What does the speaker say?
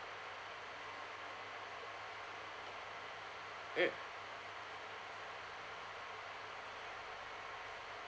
mm